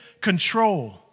control